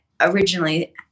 originally